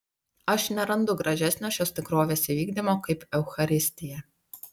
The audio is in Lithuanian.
aš nerandu gražesnio šios tikrovės įvykdymo kaip eucharistija